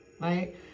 right